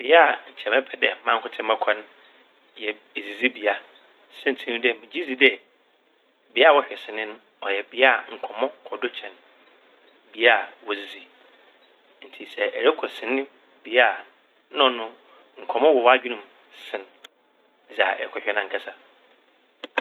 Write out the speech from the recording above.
Bea a nkyɛ mɛpɛ dɛ nkyɛ mankotsee mɔkɔ n' yɛ edzidzibea. Saintsir nye dɛ megye dzi dɛ bea wɔhwɛ sene n' ɔyɛ bea nkɔmmɔ kɔ do kyɛn bea a wodzidzi. Ntsi sɛ ɛrokɔ sene bea na ɔno nkɔmmɔ wɔ w'adwen mu sen dza ɛkɔ hwɛ n' ankasa.